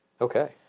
Okay